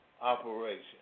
operation